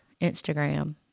Instagram